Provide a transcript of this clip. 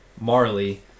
Marley